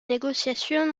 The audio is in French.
négociations